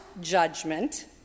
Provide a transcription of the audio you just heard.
judgment